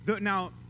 Now